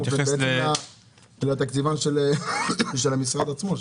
בעצם לתקציבן של המשרד עצמו,